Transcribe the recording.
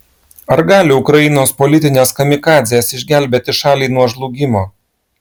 ar gali ukrainos politinės kamikadzės išgelbėti šalį nuo žlugimo